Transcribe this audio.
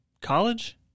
College